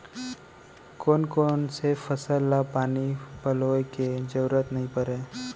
कोन कोन से फसल ला पानी पलोय के जरूरत नई परय?